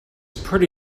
pretty